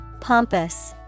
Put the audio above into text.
Pompous